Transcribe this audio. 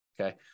okay